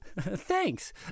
Thanks